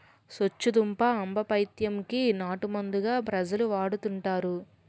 సొచ్చుదుంప ఆంబపైత్యం కి నాటుమందుగా ప్రజలు వాడుతుంటారు